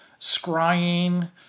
scrying